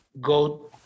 go